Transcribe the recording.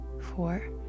four